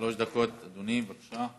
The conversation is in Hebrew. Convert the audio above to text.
שלוש דקות, אדוני, בבקשה.